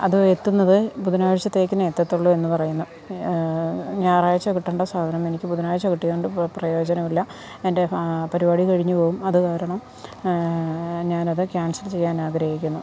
അത് എത്തുന്നത് ബുധനാഴ്ചതേക്കിനെ എത്തതുള്ളൂ എന്ന് പറയുന്നു ഞായറാഴ്ച കിട്ടേണ്ട സാധനം എനിക്ക് ബുധനാഴ്ച കിട്ടിയതുകൊണ്ട് പ്രയോജനമില്ല എൻ്റെ പരുപാടി കഴിഞ്ഞ് പോവും അത് കാരണം ഞാനത് ക്യാൻസൽ ചെയ്യാൻ ആഗ്രഹിക്കുന്നു